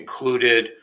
included